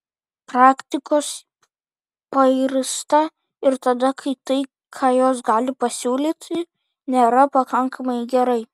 praktikos pairsta ir tada kai tai ką jos gali pasiūlyti nėra pakankamai gerai